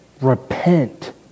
repent